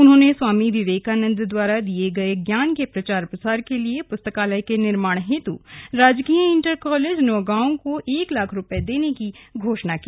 उन्होंने स्वामी विवेकानन्द द्वारा दिए गए ज्ञान के प्रचार प्रसार के लिए पुस्तकालय के निर्माण हेतु राजकीय इण्टर कॉलेज नौगांव को एक लाख रुपए देने की घोषणा की